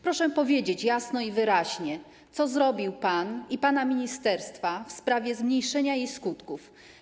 Proszę powiedzieć jasno i wyraźnie, co zrobił pan i zrobiły pana ministerstwa w sprawie zmniejszenia jej skutków.